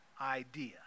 idea